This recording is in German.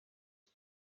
die